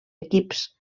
equips